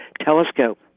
telescope